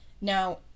Now